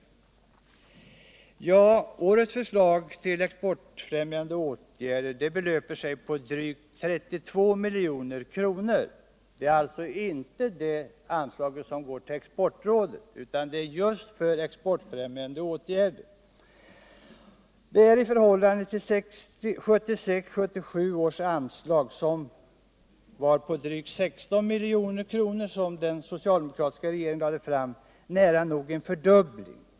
Årets förslag till exportfrämjande åtgärder belöper sig på drygt 32 milj.kr. Det är alltså inte det anslag som går till Exportrådet utan det är medel just för ex portfrämjande åtgärder. Det är i förhållande ull 1976/77 års anslag, som var på drygt 16 milj.kr. och som den socialdemokratiska regeringen föreslog. nära nog en fördubbling.